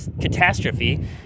catastrophe